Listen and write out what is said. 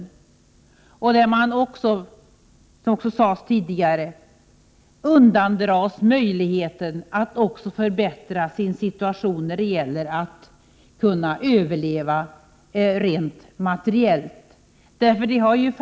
Som det har sagts tidigare fråntas dessa människor möjligheten att förbättra sin situation när det gäller att överleva rent materiellt.